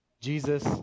Jesus